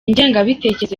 ngengabitekerezo